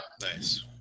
Nice